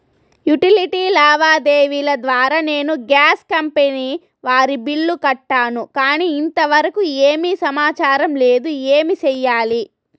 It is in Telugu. యుటిలిటీ లావాదేవీల ద్వారా నేను గ్యాస్ కంపెని వారి బిల్లు కట్టాను కానీ ఇంతవరకు ఏమి సమాచారం లేదు, ఏమి సెయ్యాలి?